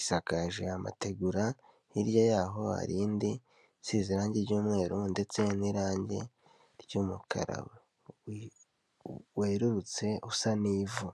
isakaje amategura, hirya yaho hari indi, isize irange ry'umweru, ndetse n'irange ry'umukara werurutse usa n'ivu.